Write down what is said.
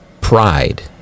pride